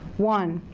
one,